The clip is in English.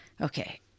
Okay